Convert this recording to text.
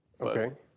okay